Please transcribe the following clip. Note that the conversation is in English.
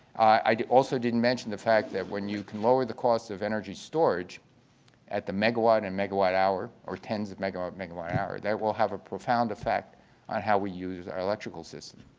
i also didn't mention the fact that when you can lower the cost of energy storage at the megawatt and megawatt hour or tens of megawatt megawatt hour, that will have a profound effect on how we use our electrical system.